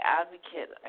advocate